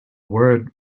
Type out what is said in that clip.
word